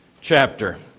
chapter